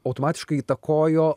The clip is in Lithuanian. automatiškai įtakojo